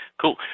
cool